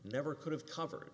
never could have covered